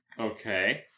Okay